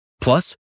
Plus